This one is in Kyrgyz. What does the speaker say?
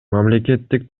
мамлекеттик